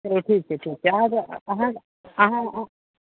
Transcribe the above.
चलू ठीक छै ठीक छै अहाँके अहाँ अहाँ अऽ